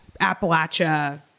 Appalachia